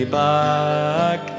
back